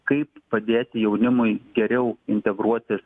kaip padėti jaunimui geriau integruotis